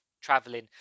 traveling